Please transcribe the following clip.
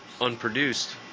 unproduced